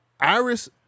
Iris